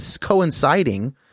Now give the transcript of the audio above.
coinciding